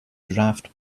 draft